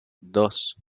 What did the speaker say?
dos